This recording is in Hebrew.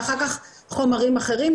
ואחר כך חומרים אחרים.